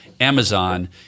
Amazon—